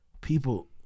People